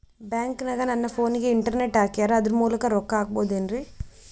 ಬ್ಯಾಂಕನಗ ನನ್ನ ಫೋನಗೆ ಇಂಟರ್ನೆಟ್ ಹಾಕ್ಯಾರ ಅದರ ಮೂಲಕ ರೊಕ್ಕ ಹಾಕಬಹುದೇನ್ರಿ?